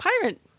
Pirate